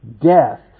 Death